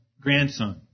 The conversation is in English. grandson